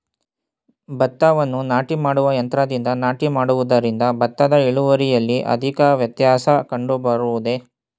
ಭತ್ತವನ್ನು ನಾಟಿ ಮಾಡುವ ಯಂತ್ರದಿಂದ ನಾಟಿ ಮಾಡುವುದರಿಂದ ಭತ್ತದ ಇಳುವರಿಯಲ್ಲಿ ಅಧಿಕ ವ್ಯತ್ಯಾಸ ಕಂಡುಬರುವುದೇ?